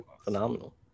phenomenal